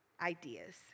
ideas